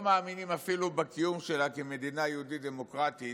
לא מאמינה אפילו בקיום שלה כמדינה יהודית דמוקרטית.